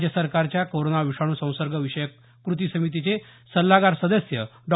राज्य सरकारच्या कोरोना विषाणू संसर्ग विषयक कृती समितीचे सल्लागार सदस्य डॉ